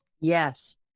yes